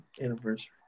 anniversary